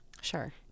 Sure